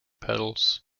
petals